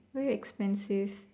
very expensive